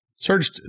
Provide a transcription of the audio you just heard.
searched